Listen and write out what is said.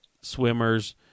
swimmers